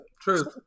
Truth